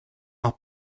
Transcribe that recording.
are